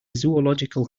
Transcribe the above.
zoological